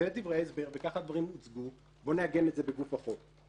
אלה דברי ההסבר וככה הדברים הוצגו בוא נעגן את זה בגוף החוק.